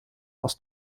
aus